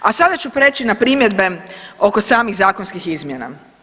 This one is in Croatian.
A sada ću prijeći na primjedbe oko samih zakonskih izmjena.